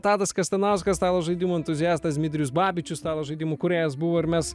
tadas kastanauskas stalo žaidimų entuziastas dmitrijus babičius stalo žaidimų kūrėjas buvo ir mes